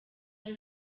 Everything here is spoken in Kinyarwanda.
ari